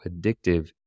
addictive